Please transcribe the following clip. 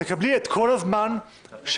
תקבלי את כל הזמן שיש.